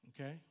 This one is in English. Okay